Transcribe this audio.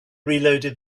reloaded